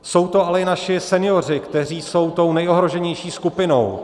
Jsou to ale i naši senioři, kteří jsou tou nejohroženější skupinou.